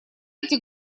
эти